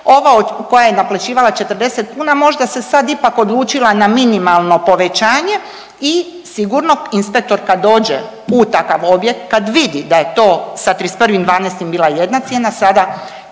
ova koja je naplaćivala 40 kuna, možda se sad ipak odlučila na minimalno povećanje i sigurno inspektor kad dođe u takav objekt, kad vidi da je to sa 31.12. bila jedna cijena, sada